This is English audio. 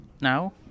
now